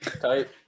Tight